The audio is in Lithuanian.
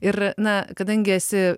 ir na kadangi esi